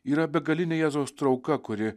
yra begalinė jėzaus trauka kuri